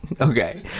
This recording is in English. Okay